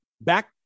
back